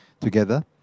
Together